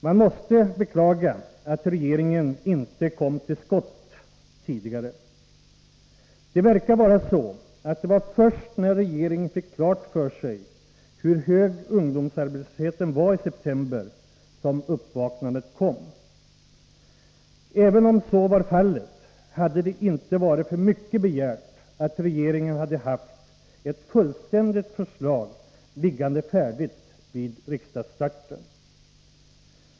Man måste beklaga att regeringen inte kom till skott tidigare. Det verkar som om det var först när regeringen fick klart för sig hur hög ungdomsarbetslösheten var i september som uppvaknandet kom. Även om så var fallet, skulle det inte ha varit för mycket begärt att regeringen hade haft ett fullständigt förslag liggande färdigt vid riksmötesstarten.